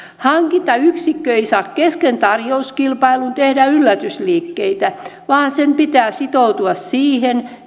hankintayksikkö ei saa kesken tarjouskilpailun tehdä yllätysliikkeitä vaan sen pitää sitoutua siihen